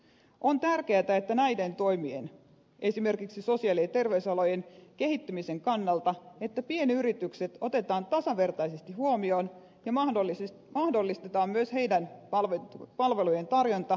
on tärkeätä näiden toimien esimerkiksi sosiaali ja terveysalojen kehittymisen kannalta että pienyritykset otetaan tasavertaisesti huomioon ja mahdollistetaan myös niiden palvelujen tarjonta julkiselle sektorille